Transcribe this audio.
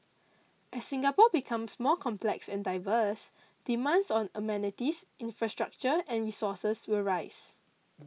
as Singapore becomes more complex and diverse demands on amenities infrastructure and resources will rise